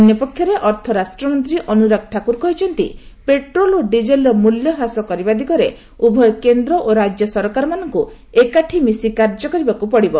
ଅନ୍ୟପକ୍ଷରେ ଅର୍ଥରାଷ୍ଟ୍ରମନ୍ତ୍ରୀ ଅନୁରାଗ ଠାକୁର କହିଛନ୍ତି ପେଟ୍ରୋଲ ଓ ଡିଜେଲର ମୂଲ୍ୟ ହାସ କରିବା ଦିଗରେ ଉଭୟ କେନ୍ଦ ଓ ରାଜ୍ୟ ସରକାରମାନଙ୍କୁ ଏକାଠି ମିଶି କାର୍ଯ୍ୟ କରିବାକୁ ହେବ